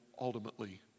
ultimately